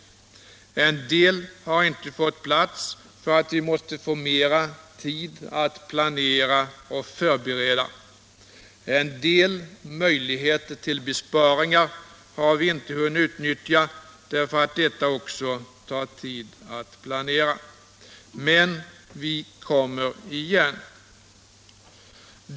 Vissa saker har inte kommit med, därför att vi måste få mera tid att planera och förbereda. En del möjligheter till besparingar har vi inte hunnit utnyttja, därför att även detta tar tid att planera. Men vi kommer igen.